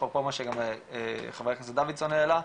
אפרופו מה שגם חה"כ דוידסון העלה,